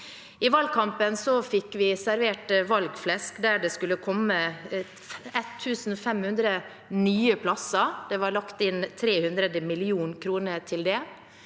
I valgkampen fikk vi servert valgflesk om at det skulle komme 1 500 nye plasser. Det var lagt inn 300 mill. kr til det.